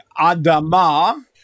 Adama